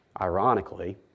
ironically